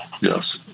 yes